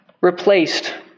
replaced